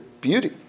beauty